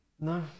No